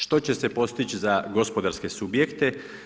Što će se postići za gospodarske subjekte?